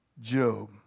Job